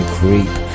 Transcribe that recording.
creep